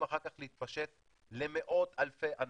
אחר כך להתפשט למאות אלפי אנשים.